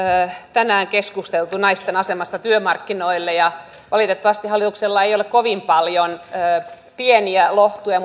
tänään keskusteltu naisten asemasta työmarkkinoilla ja valitettavasti hallitus ei oikeasti kovin paljon pieniä lohtuja